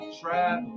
trap